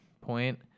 point